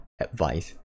advice